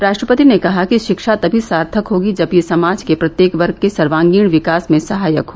रा टपति ने कहा कि शिक्षा तभी सार्थक होगी जब यह समाज के प्रत्येक वर्ग के सर्वांगीण विकास में सहायक हो